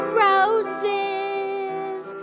roses